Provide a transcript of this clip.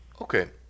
Okay